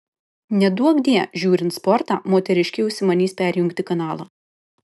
neduokdie žiūrint sportą moteriškė užsimanys perjungti kanalą